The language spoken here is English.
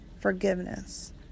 forgiveness